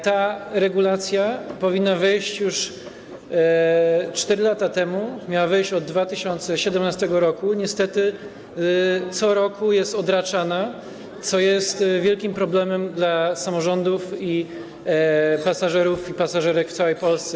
Ta regulacja powinna wejść już 4 lata temu, miała wejść od 2017 r., niestety co roku jest odraczana, co jest wielkim problemem dla samorządów oraz pasażerów i pasażerek w całej Polsce.